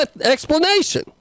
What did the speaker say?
explanation